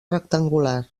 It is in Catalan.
rectangular